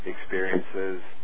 experiences